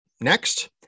next